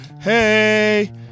Hey